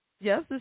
Yes